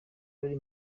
abari